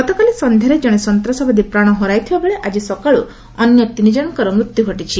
ଗତକାଲି ସନ୍ଧ୍ୟାରେ ଜଣେ ସନ୍ତାସବାଦୀ ପ୍ରାଣ ହରାଇଥିବାବେଳେ ଆଜି ସକାଳୁ ଅନ୍ୟ ତିନି ଜଣଙ୍କର ମୃତ୍ୟୁ ଘଟିଛି